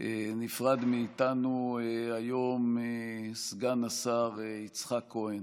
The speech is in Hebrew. נפרד מאיתנו היום סגן השר יצחק כהן.